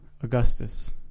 Augustus